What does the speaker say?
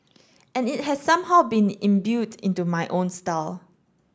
and it has somehow been imbued into my own style